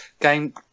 game